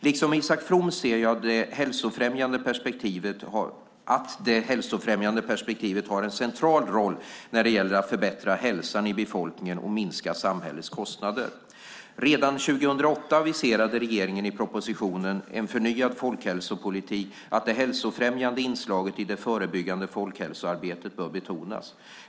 Liksom Isak From anser jag att det hälsofrämjande perspektivet har en central roll när det gäller att förbättra hälsan i befolkningen och minska samhällets kostnader. Redan 2008 aviserade regeringen i propositionen En förnyad folkhälsopolitik att det hälsofrämjande inslaget i det förebyggande folkhälsoarbetet bör betonas.